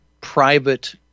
private